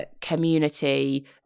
community